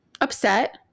upset